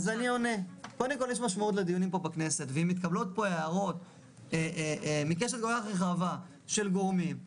אם מתקבלות פה הערות מקשת כל כך רחבה של גורמים,